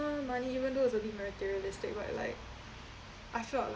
money even though it's a bit materialistic but like I felt